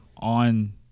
on